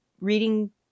reading